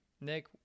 Nick